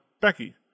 becky